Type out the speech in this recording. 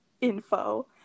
info